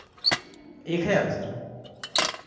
एक हज़ार सर